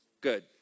Good